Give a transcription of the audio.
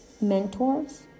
mentors